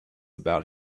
about